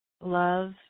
love